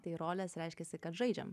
tai rolės reiškiasi kad žaidžiam